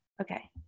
Okay